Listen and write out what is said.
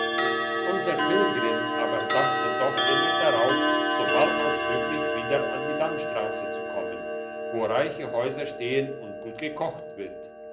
unser pilgrim aber dachte doch immer darauf sobald als möglich wieder an die landstrasse zu kommen wo reiche häuser stehen und gut gekocht wird